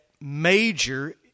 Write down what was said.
major